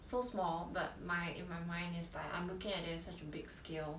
so small but my in my mind is like I'm looking at it such a big scale